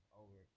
over